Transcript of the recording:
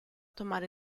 tomar